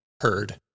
heard